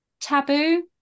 taboo